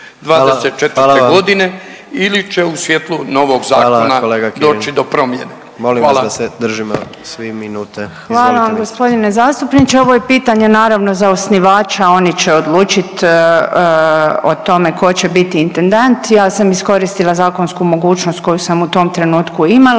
ministrice. **Obuljen Koržinek, Nina (HDZ)** Hvala vam g. zastupniče. Ovo je pitanje naravno za osnivača oni će odlučit o tome ko će biti intendant, ja sam iskoristila zakonsku mogućnost koju sam u tom trenutku imala,